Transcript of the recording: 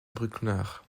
bruckner